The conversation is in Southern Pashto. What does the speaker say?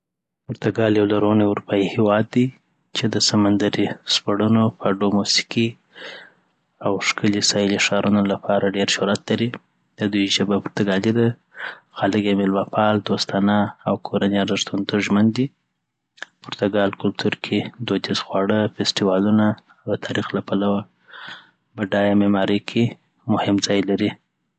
پرتګال یو لرغونی اروپایي هېواد دی چې د سمندري سپړنو، فاډو موسیقۍ، او ښکلي ساحلي ښارونو لپاره ډیر شهرت لري. د دوی ژبه پرتګالي ده، او خلک یې مېلمه‌پال، دوستانه او د کورنۍ ارزښتونو ته ژمن دي. د پرتګال کلتور کې دودیز خواړه، فستیوالونه، او د تاریخ له پلوه بډایه معمارۍ کی مهم ځای لري.